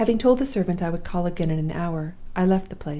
having told the servant i would call again in an hour, i left the place.